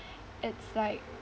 it's like